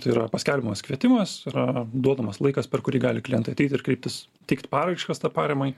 tai yra paskelbiamas kvietimas tai yra duodamas laikas per kurį gali klientai ateit ir kreiptis teikt paraiškas paramai